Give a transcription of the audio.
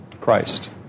Christ